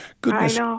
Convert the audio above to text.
goodness